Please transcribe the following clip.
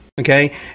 okay